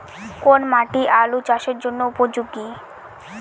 কোন মাটি আলু চাষের জন্যে উপযোগী?